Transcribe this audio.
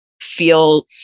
feel